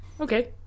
Okay